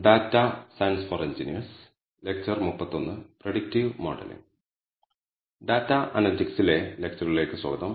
predictive modelling data അനലിറ്റിക്സിലെ ലെക്ച്ചറുകളിലേക്ക് സ്വാഗതം